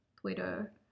Twitter